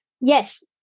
Yes